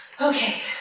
okay